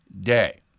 day